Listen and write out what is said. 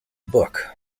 book